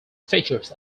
features